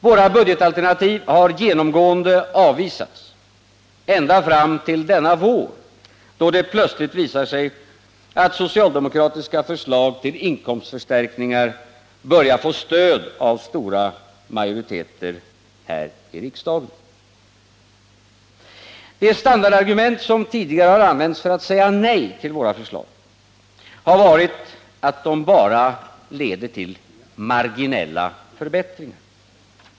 Våra budgetalternativ har genomgående avvisats — ända fram till denna vår, då det plötsligt visar sig att socialdemokratiska förslag till inkomstförstärkningar börjar få stöd av stora majoriteter här i riksdagen. Det standardargument som tidigare använts för att säga nej till våra förslag har varit att de bara leder till marginella förbättringar.